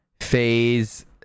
phase